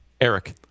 Eric